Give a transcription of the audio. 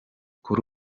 kuri